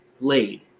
laid